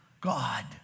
God